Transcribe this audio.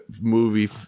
movie